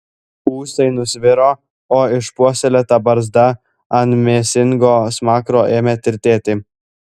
ūsai nusviro o išpuoselėta barzda ant mėsingo smakro ėmė tirtėti